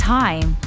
time